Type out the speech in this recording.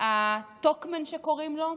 הטוקמן קוראים לו,